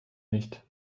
nicht